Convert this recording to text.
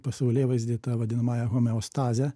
pasaulėvaizdį ta vadinamąja homeostaze